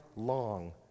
long